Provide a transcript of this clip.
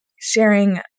sharing